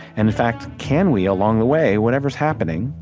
and in fact, can we, along the way, whatever's happening,